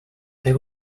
they